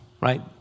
right